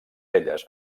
elles